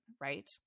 right